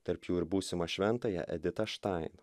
tarp jų ir būsimą šventąją editą štain